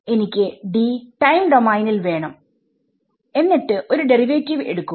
എനിക്ക് D time ഡോമൈനിൽ വേണം എന്നിട്ട് ഒരു ഡെറിവേറ്റീവ് എടുക്കുക